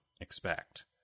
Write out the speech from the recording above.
expect